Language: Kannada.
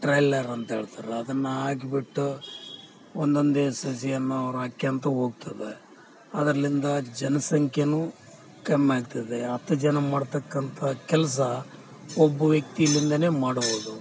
ಟ್ರೆಲ್ಲರ್ ಅಂತ ಹೇಳ್ತಾರೆ ಅದನ್ನ ಹಾಕ್ಬಿಟ್ಟು ಒಂದೊಂದೇ ಸಸಿಯನ್ನು ಅವ್ರು ಹಾಕ್ಕೊಂತ ಹೋಗ್ತದೆ ಅದರಿಂದ ಜನಸಂಖ್ಯೆನೂ ಕಮ್ಮಿ ಆಗ್ತದೆ ಹತ್ತು ಜನ ಮಾಡತಕ್ಕಂಥ ಕೆಲಸ ಒಬ್ಬ ವ್ಯಕ್ತಿಯಿಂದಾನೆ ಮಾಡಬೌದು